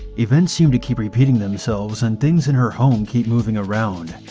events seem to keep repeating themselves, and things in her home keep moving around,